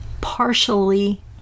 partially